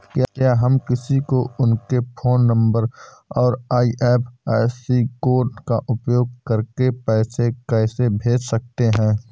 क्या हम किसी को उनके फोन नंबर और आई.एफ.एस.सी कोड का उपयोग करके पैसे कैसे भेज सकते हैं?